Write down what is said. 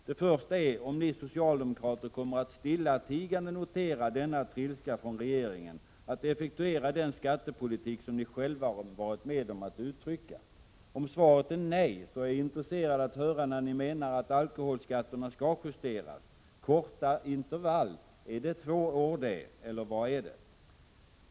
Den första är om ni socialdemokrater kommer att stillatigande notera denna trilska från regeringen att effektuera den skattepolitik som ni själva varit med om att uttrycka önskemål om? Om svaret är nej, är jag intresserad av att höra när ni menar att alkoholskatterna skall justeras? Korta intervall — är det två år, eller vad är det?